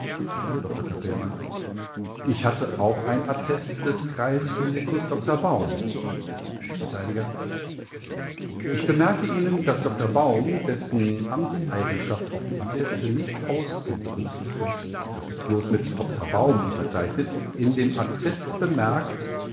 dr capellmann ich hatte auch ein attest des kreisphysikus dr baum vert ich bemerke ihnen daß dr baum dessen amtseigenschaft auf dem atteste nicht ausgedrückt ist es ist bloß mit dr baum unterzeichnet in dem attest bemerkt